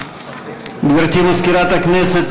בעד גברתי מזכירת הכנסת,